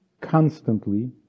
constantly